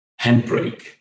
handbrake